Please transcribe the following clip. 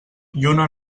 lluna